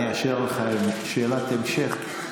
אני אאשר לך שאלת המשך.